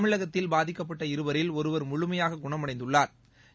தமிழகத்தில் பாதிக்கப்பட்ட இருவாில் ஒருவா் முழுமையாக குணமடைந்துள்ளாா்